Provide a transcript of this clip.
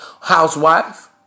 housewife